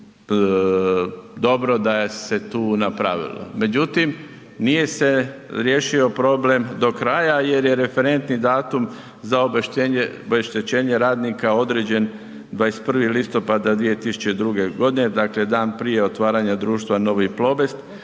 je dobro da je se tu napravilo. Međutim, nije se riješio problem do kraja jer je referentni datum za obeštećenje radnika određen 21. listopada 2002.g., dakle dan prije otvaranja društva Novi Plobest